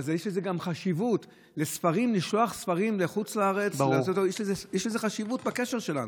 אבל יש חשיבות במשלוח ספרים לחוץ ארץ בהקשר שלנו.